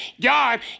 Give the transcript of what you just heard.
God